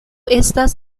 estas